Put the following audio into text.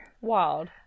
Wild